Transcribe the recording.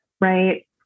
right